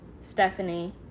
Stephanie